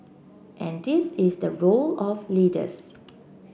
and this is the role of leaders